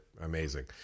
amazing